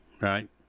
Right